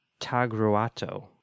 Tagruato